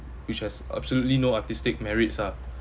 which has absolutely no artistic merits ah